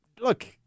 look